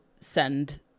send